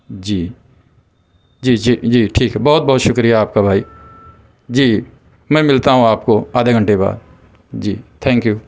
جی جی جی جی ٹھیک ہے بہت بہت شکریہ آپ کا بھائی جی میں ملتا ہوں آپ کو آدھے گھنٹے بعد جی تھینک یو